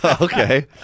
Okay